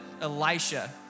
Elisha